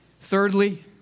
thirdly